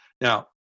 now